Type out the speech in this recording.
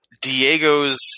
Diego's